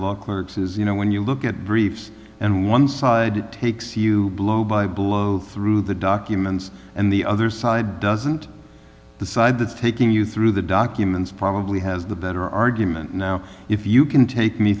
clerks is you know when you look at briefs and one side takes you blow by blow through the documents and the other side doesn't the side that's taking you through the documents probably has the better argument now if you can take me